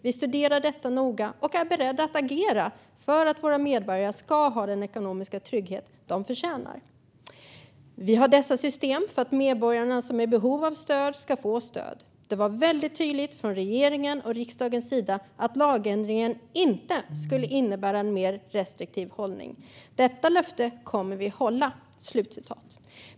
Vi studerar detta noga och är beredda att agera för att våra medborgare ska ha den ekonomiska trygghet de förtjänar. Vi har dessa system för att medborgare som är i behov av stöd ska få stöd. Det var väldigt tydligt från regeringens och riksdagens sida att lagändringen inte skulle innebära en mer restriktiv hållning. Detta löfte kommer vi att hålla.